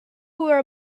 were